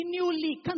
continually